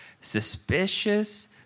suspicious